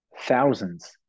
thousands